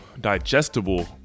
digestible